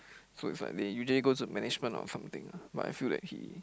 so it's like they usually go to management or something lah but I feel that he